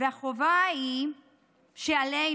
והחובה היא שעלינו,